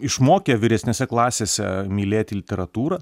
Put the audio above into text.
išmokė vyresnėse klasėse mylėti literatūrą